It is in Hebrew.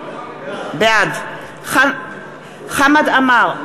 בעד חמד עמאר,